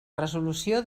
resolució